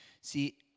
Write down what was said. See